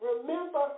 Remember